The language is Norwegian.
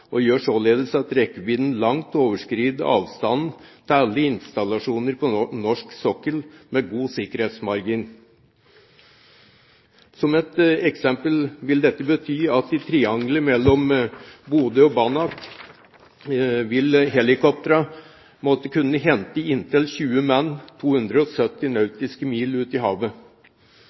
og gjør således at rekkevidden langt overskrider avstanden til alle installasjoner på norsk sokkel med god sikkerhetsmargin. Som et eksempel vil dette bety at i triangelet mellom Bodø og Banak vil helikoptrene måtte kunne hente inntil 20 personer 270 nautiske mil ute i havet.